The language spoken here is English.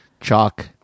Chalk